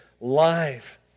life